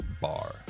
Bar